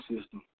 system